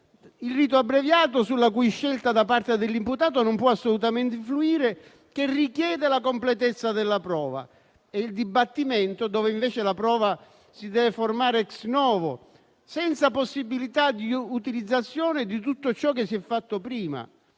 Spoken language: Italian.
il rito abbreviato, sulla cui scelta da parte dell'imputato non può assolutamente influire, che richiede la completezza della prova, e il dibattimento, dove invece la prova si deve formare *ex novo,* senza possibilità di utilizzazione di tutto ciò che si è fatto prima.